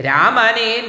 Ramani